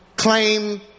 claim